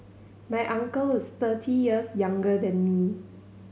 my uncle is thirty years younger than me